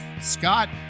Scott